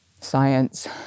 science